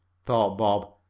thought bob.